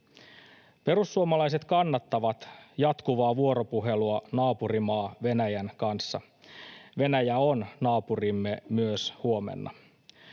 Perussuomalaiset kannattavat jatkuvaa vuoropuhelua naapurimaa Venäjän kanssa. Venäjä on naapurimme myös huomenna.